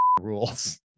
rules